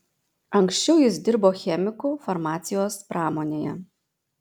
anksčiau jis dirbo chemiku farmacijos pramonėje